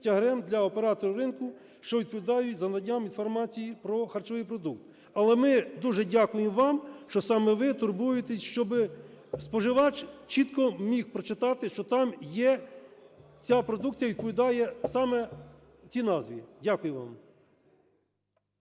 для операторів ринку, що відповідають за наявність інформації про харчовий продукт. Але ми дуже дякуємо вам, що саме ви турбуєтеся, щоби споживач чітко міг прочитати, що там є ця продукція, відповідає саме тій назві. Дякую вам.